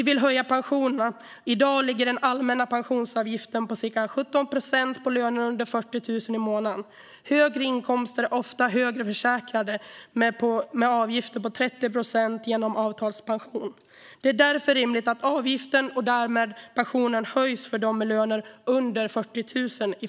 I dag ligger den allmänna pensionsavgiften på ca 17 procent på löner under 40 000 i månaden. Högre inkomster är ofta högre försäkrade med avgifter på 30 procent genom avtalspension. Det är därför rimligt att avgiften och därmed pensionen i första hand höjs för dem med löner under 40 000.